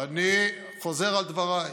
אני חוזר על דבריי: